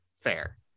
Fair